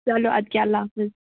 چلو اَدٕ کیٛاہ اللہ حافِظ